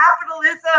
capitalism